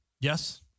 Yes